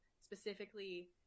specifically